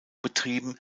betrieben